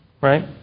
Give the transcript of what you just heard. Right